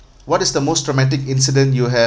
what is the most dramatic incident you have